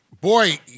Boy